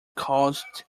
caused